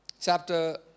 Chapter